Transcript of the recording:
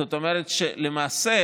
זאת אומרת שלמעשה,